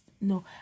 No